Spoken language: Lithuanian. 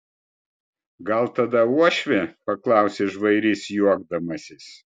gal tada uošvė paklausė žvairys juokdamasis